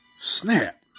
Snap